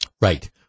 Right